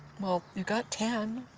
well, you got ten.